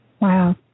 Wow